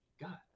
God